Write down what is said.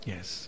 Yes